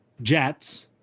Jets